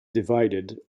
divided